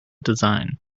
design